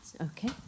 Okay